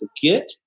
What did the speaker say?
forget